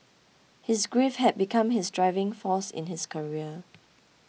his grief had become his driving force in his career